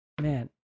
Man